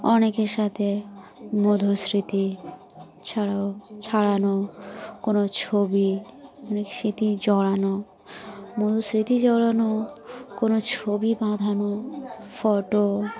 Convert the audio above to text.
অনেকের সাথে মধুস্মৃতি ছাড়াও ছাড়ানো কোনো ছবি অনেক স্মৃতি জড়ানো মধুস্মৃতি জড়ানো কোনো ছবি বাঁধানো ফটো